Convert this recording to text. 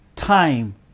time